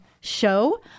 show